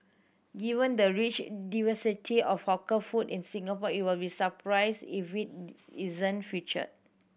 given the rich diversity of hawker food in Singapore it will be surprised if it isn't featured